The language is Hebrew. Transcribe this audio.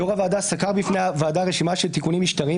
יושב-ראש הוועדה סקר בפני הוועדה רשימה של תיקונים משטריים,